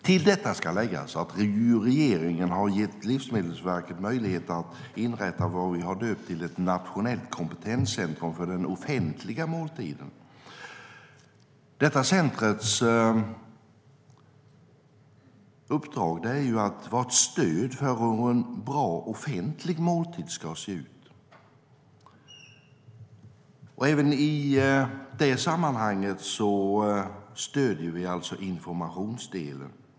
Till detta ska läggas att regeringen har gett Livsmedelsverket möjlighet att inrätta det vi har döpt till ett nationellt kompetenscentrum för den offentliga måltiden. Centrumets uppdrag är att vara ett stöd för hur en bra offentlig måltid ska se ut. I det sammanhanget stöder vi informationsdelen.